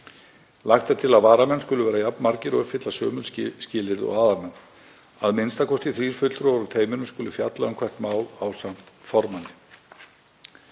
Lagt er til að varamenn skuli vera jafnmargir og uppfylla sömu skilyrði og aðalmenn. Minnst þrír fulltrúar úr teyminu skulu fjalla um hvert mál ásamt formanni.